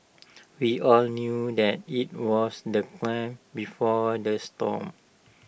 we all knew that IT was the claim before the storm